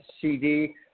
CD